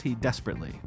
desperately